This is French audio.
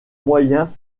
moyen